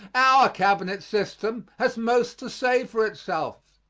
our cabinet system has most to say for itself.